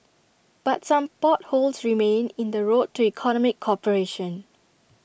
but some potholes remain in the road to economic cooperation